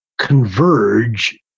converge